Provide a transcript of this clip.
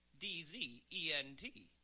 D-Z-E-N-T